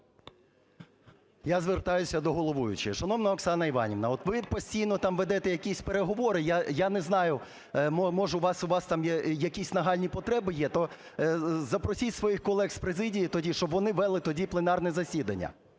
Я звертаюся до головуючої. Шановна Оксана Іванівна, от ви постійно там ведете якісь переговори, я не знаю, може у вас там є якісь нагальні потреби, то запросіть своїх колег з президії тоді, щоб вони вели тоді пленарне засідання.